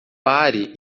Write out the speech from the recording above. pare